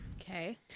Okay